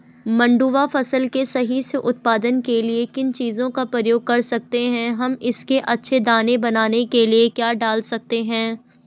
मंडुवा फसल के सही से उत्पादन के लिए किन चीज़ों का प्रयोग कर सकते हैं हम इसके अच्छे दाने बनाने के लिए क्या डाल सकते हैं?